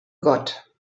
gott